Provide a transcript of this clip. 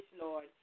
Lord